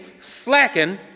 slacking